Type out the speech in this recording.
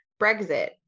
Brexit